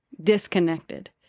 disconnected